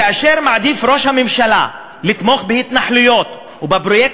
כאשר ראש הממשלה מעדיף לתמוך בהתנחלויות ובפרויקט